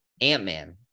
Ant-Man